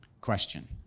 Question